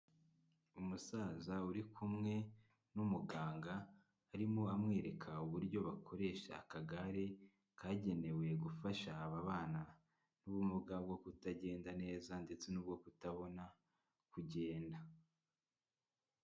Umusaza uri kumwe n'umuganga, arimo amwereka uburyo bakoresha akagare kagenewe gufasha ababana n'ubumuga bwo kutagenda neza ndetse n'ubwo kutabona kugenda.